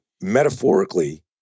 metaphorically